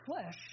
flesh